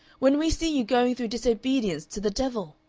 when we see you going through disobedience to the devil!